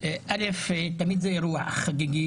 תמיד זה אירוע חגיגי,